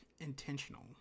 intentional